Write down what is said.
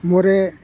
ꯃꯣꯔꯦ